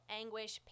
anguish